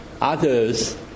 others